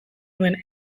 nuen